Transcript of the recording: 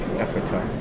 Africa